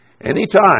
Anytime